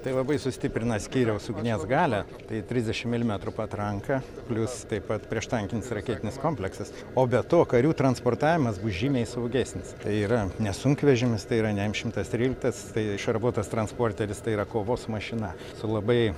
tai labai sustiprina skyriaus ugnies galią tai trisdešim milimentrų patranka plius taip pat prieštankinis raketinis kompleksas o be to karių transportavimas bus žymiai saugesnis tai yra ne sunkvežimis tai yra ne m šimtas tryliktas tai šarvuotas transporteris tai yra kovos mašina su labai